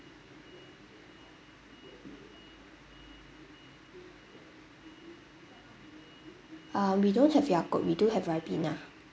um we don't have yakult we do have ribena